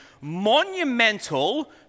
monumental